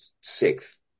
sixth